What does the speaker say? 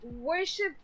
worship